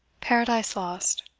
paradise lost.